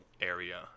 area